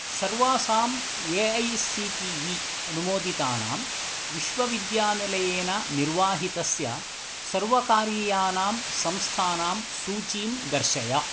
सर्वासां A I C T E अनुमोदितानां विश्वविद्यानिलयेन निर्वाहितस्य सर्वकारीयानां संस्थानां सूचीं दर्शय